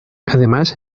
además